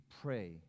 pray